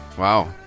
Wow